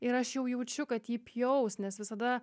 ir aš jau jaučiu kad jį pjaus nes visada